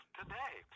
today